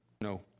no